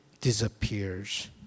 disappears